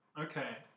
okay